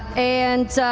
and